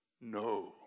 no